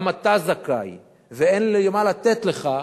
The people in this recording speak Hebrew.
גם אתה זכאי ואין לי למה לתת לך,